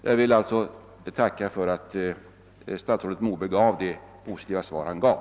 Jag tackar för att statsrådet Moberg lämnade det positiva svar han gav.